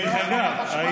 דודי,